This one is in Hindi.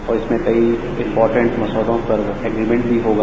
और इसमें कई इंपोटेंट मसौदों पर एग्रीमेंट भी होगा